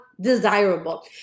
desirable